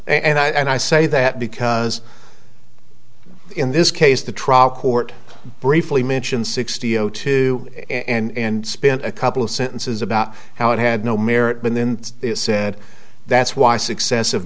of and i say that because in this case the trial court briefly mentioned sixty zero two and spent a couple of sentences about how it had no merit and then said that's why successive